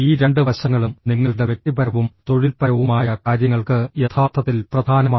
ഈ രണ്ട് വശങ്ങളും നിങ്ങളുടെ വ്യക്തിപരവും തൊഴിൽപരവുമായ കാര്യങ്ങൾക്ക് യഥാർത്ഥത്തിൽ പ്രധാനമാണ്